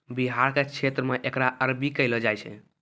बिहार के क्षेत्र मे एकरा अरबी कहलो जाय छै